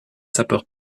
sapeurs